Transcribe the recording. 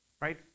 right